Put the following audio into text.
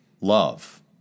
love